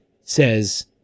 says